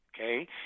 okay